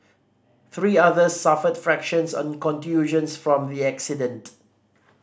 three others suffered fractures and contusions from the accident